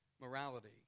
morality